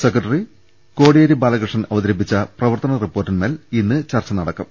സെക്ര ട്ടറി കോടിയേരി ബാലകൃഷ്ണൻ അവതരിപ്പിച്ച് പ്രവർത്തന റിപ്പോർട്ടിന്മേൽ ഇന്ന് ചർച്ച നടക്കും